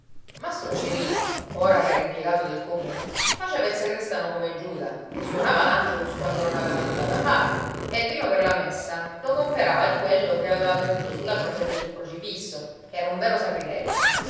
mastro cirino ora che era impiegato del comune faceva il sagrestano come giuda che suonava l'angelus quando non aveva nulla da fare e il vino per la messa lo comperava di quello che aveva bevuto sulla croce gesù crocifisso ch'era un vero sacrilegio